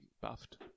buffed